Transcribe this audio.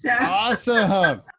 Awesome